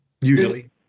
usually